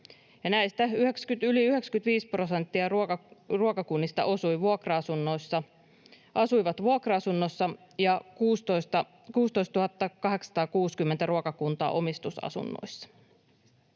näistä yli 95 prosenttia ruokakunnista asui vuokra-asunnossa ja 16 860 ruokakuntaa omistusasunnossa.